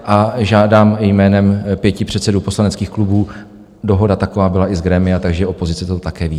A žádám jménem pěti předsedů poslaneckých klubů, dohoda taková byla i z grémia, takže opozice to také ví.